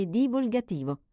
divulgativo